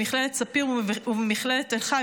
במכללת ספיר ובמכללת תל חי,